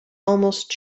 almost